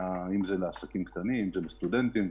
אם זה לעסקים קטנים, אם זה לסטודנטים.